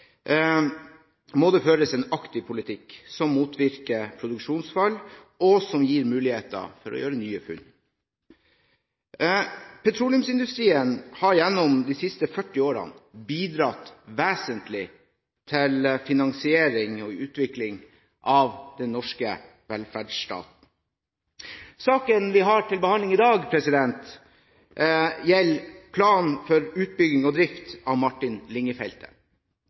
må det føres en aktiv politikk som motvirker produksjonsfall, og som gir muligheter for å gjøre nye funn. Petroleumsindustrien har gjennom de siste 40 årene bidratt vesentlig til finansiering og utvikling av den norske velferdsstaten. Saken som vi har til behandling i dag, gjelder planen for utbygging og drift av Martin